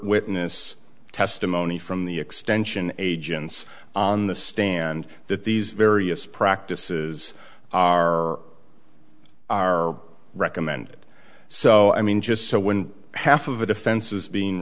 witness testimony from the extension agents on the stand that these various practices are recommended so i mean just so when half of the defense is being